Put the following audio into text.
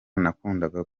nakundaga